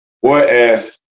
Whereas